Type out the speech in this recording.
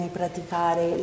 praticare